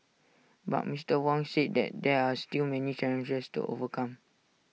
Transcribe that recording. but Mister Wong said that there are still many challenges to overcome